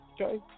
Okay